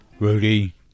Rudy